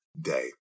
day